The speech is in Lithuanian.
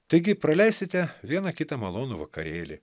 taigi praleisite vieną kitą malonų vakarėlį